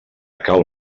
cal